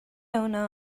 owner